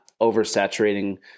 oversaturating